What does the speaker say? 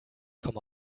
komme